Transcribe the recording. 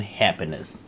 happiness